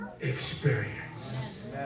experience